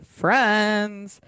friends